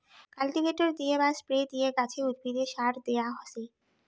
cultivator দিয়ে বা spray দিয়ে গাছে, উদ্ভিদে সার দেয়া হসে